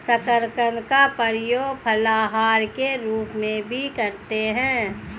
शकरकंद का प्रयोग फलाहार के रूप में भी करते हैं